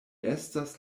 estas